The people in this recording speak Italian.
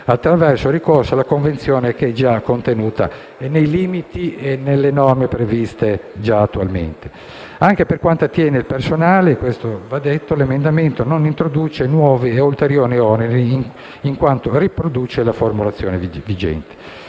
attraverso il ricorso alla convenzione già contenuta e nei limiti e nelle norme attualmente previste. Anche per quanto attiene al personale, l'emendamento non introduce nuovi o ulteriori oneri, in quanto riproduce la formulazione vigente.